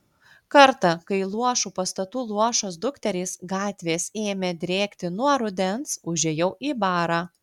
kartą kai luošų pastatų luošos dukterys gatvės ėmė drėkti nuo rudens užėjau į barą